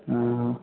हँ